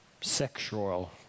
sexual